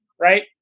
right